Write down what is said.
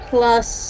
Plus